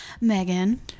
Megan